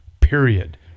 period